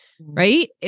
Right